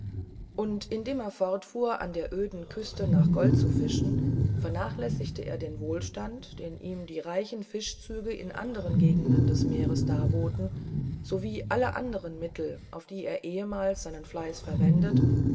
und indem er fortfuhr an der öden küste nach gold zu fischen vernachlässigte er den wohlstand den ihm die reichen fischzüge in andern gegenden des meeres darboten sowie alle anderen mittel auf die er ehemals seinen fleiß verwendet